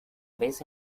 vez